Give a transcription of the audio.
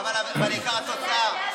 אין, התוצאה.